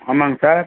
ஆமாங்க சார்